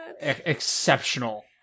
exceptional